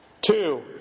Two